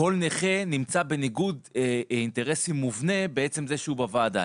כל נכה נמצא בניגוד אינטרסים מובנה בעצם זה שהוא בוועדה.